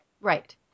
Right